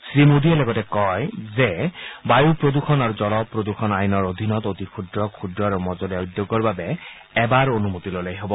শ্ৰীমোডীয়ে লগতে কয় যে বায়ু প্ৰদূষণ আৰু জল প্ৰদূষণ আইনৰ অধীনত অতি ক্ষুদ্ৰ কৃদ্ৰ আৰু মজলীয়া উদ্যোগৰ বাবে এবাৰ সন্মতি ল'লেই হ'ব